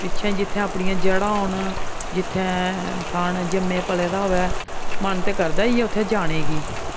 पिच्छे जित्थै अपनियां जढ़ां होन जित्थै इंसान जम्मे पले दा होऐ मन ते करदा ई ऐ उत्थै जाने गी